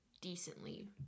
decently